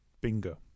Bingo